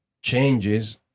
changes